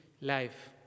life